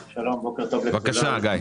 בבקשה.